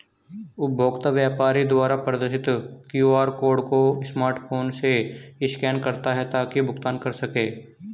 उपभोक्ता व्यापारी द्वारा प्रदर्शित क्यू.आर कोड को स्मार्टफोन से स्कैन करता है ताकि भुगतान कर सकें